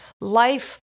Life